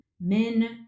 Men